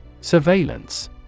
Surveillance